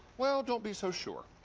well, don't be so sure.